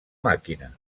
màquina